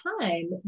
time